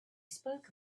spoke